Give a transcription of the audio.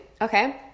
okay